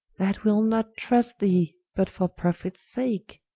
that will not trust thee, but for profits sake?